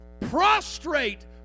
prostrate